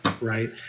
right